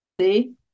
see